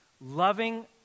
Loving